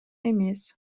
эмес